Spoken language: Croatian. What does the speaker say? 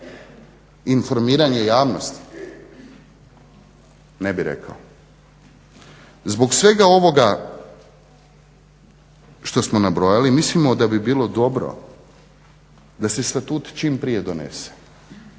informiranje javnosti, ne bih rekao. Zbog svega ovoga što smo nabrojali mislimo da bi bilo dobro da se statut čim prije donese,